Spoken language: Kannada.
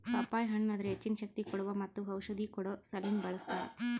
ಪಪ್ಪಾಯಿ ಹಣ್ಣ್ ಅದರ್ ಹೆಚ್ಚಿನ ಶಕ್ತಿ ಕೋಡುವಾ ಮತ್ತ ಔಷಧಿ ಕೊಡೋ ಸಲಿಂದ್ ಬಳ್ಸತಾರ್